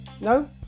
No